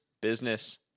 business